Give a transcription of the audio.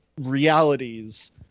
realities